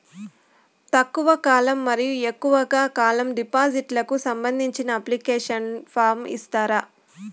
తక్కువ కాలం మరియు ఎక్కువగా కాలం డిపాజిట్లు కు సంబంధించిన అప్లికేషన్ ఫార్మ్ ఇస్తారా?